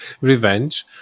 revenge